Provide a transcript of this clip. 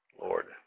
Lord